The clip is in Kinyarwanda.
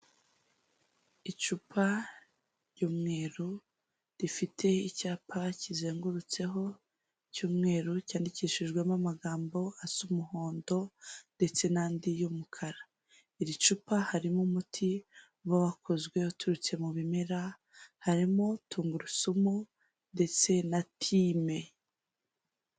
Icupa ry'umweru rifite icyapa kizengurutseho cyumweru, cyandikishijwemo amagambo asa umuhondo ndetse n'andi y'umukara. Iri cupa harimo umuti wakozwe uturutse mu bimera harimo tungurusumu ndetse na time.